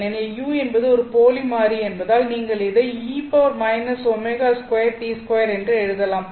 ஏனெனில் "u" என்பது ஒரு போலி மாறி என்பதால் நீங்கள் இதை என்று எழுதலாம்